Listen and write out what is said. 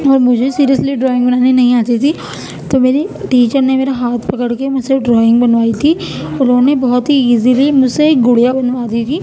اور مجھے seriously drawing بنانی نہیں آتی تھی تو میری ٹیچر نے میرا ہاتھ پکڑ کے مجھ سے ڈرائنگ بنوائی تھی انہوں نے بہت ہی ایزلی مجھ سے ایک گڑیا بنوا دی تھی